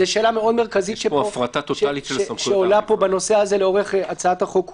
זו שאלה מאוד מרכזית שעולה פה בנושא הזה לאורך הצעת החוק כולה.